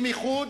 אם איחוד,